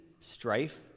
strife